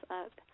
up